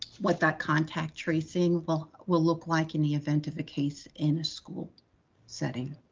what that contact tracing will will look like in the event of a case in a school setting.